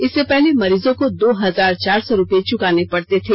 इससे पहले मरीजों को दो हजार चार सौ रुपए चुकाने पड़ते थे